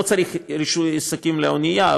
לא צריך רישוי עסקים לאונייה,